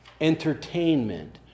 entertainment